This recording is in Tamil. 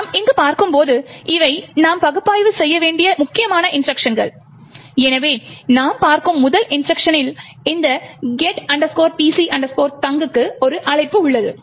நாம் இங்கு பார்க்கும்போது இவை நாம் பகுப்பாய்வு செய்ய வேண்டிய முக்கியமான இன்ஸ்ட்ருக்ஷன்கள் எனவே நாம் பார்க்கும் முதல் இன்ஸ்ட்ருக்ஷனனில் இந்த get pc thunk க்கு அழைப்பு உள்ளது